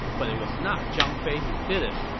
but it was not zhang fei who did it.